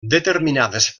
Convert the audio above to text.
determinades